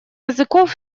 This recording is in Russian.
языков